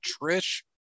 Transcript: trish